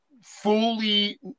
fully